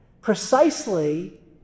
precisely